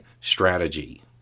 strategy